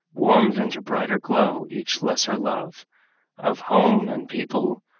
warmed into brighter glow each lesser love of home and people,